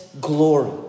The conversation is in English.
glory